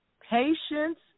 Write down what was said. Patience